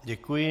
Děkuji.